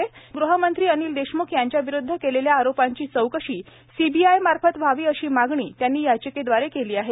त्यांनी गृहमंत्री अनिल देशमुख यांच्याविरुद्ध केलेल्या आरोपांची चौकशी सीबीआयमार्फत व्हावी अशी मागणी त्यांनी याचिकेद्वारे केली आहे